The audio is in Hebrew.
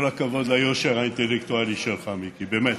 כל הכבוד ליושר האינטלקטואלי שלך, מיקי, באמת.